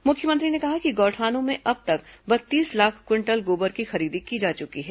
मुख्यमंत्री ने कहा कि गौठानों में अब तक बत्तीस लाख क्विंटल गोबर की खरीदी की जा चुकी है